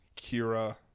Kira